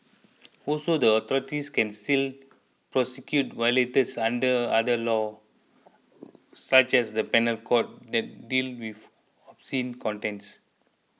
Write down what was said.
also the authorities can still prosecute violators under other laws such as the Penal Code that deal with scene content